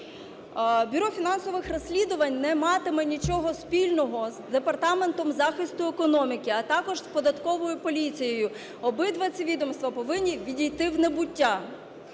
Бюро фінансових розслідувань не матиме нічого спільного з Департаментом захисту економіки, а також з податковою поліцією. Обидва ці відомства повинні відійти в небуття.